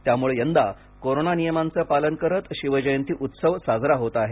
त्यामुळे यंदा कोरोना नियमांचं पालन करत शिवजयंती उत्सव साजरा होत आहे